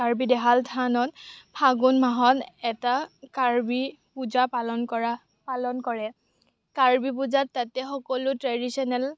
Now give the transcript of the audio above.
কাৰ্বি দেহাল থানত ফাগুন মাহত এটা কাৰ্বি পূজা পালন কৰে কাৰ্বি পূজাত তাতে সকলো ট্ৰেডিশ্য়নেল